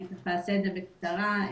אעשה את זה בקצרה,